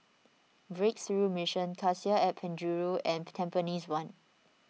Breakthrough Mission Cassia at Penjuru and Tampines one